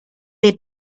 their